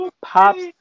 pops